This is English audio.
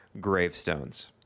gravestones